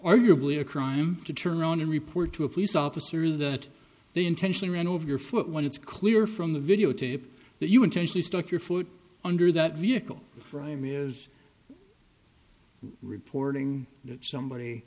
arguably a crime to turn around and report to a police officer that they intentionally ran over your foot when it's clear from the video tape that you intentionally stuck your foot under that vehicle crime is reporting that somebody